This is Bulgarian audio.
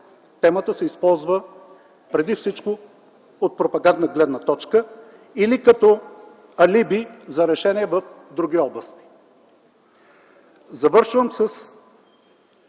темата се използва преди всичко от пропагандна гледна точка или като алиби за решение в други области. Завършвам със